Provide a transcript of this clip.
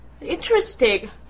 Interesting